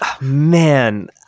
Man